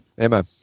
Amen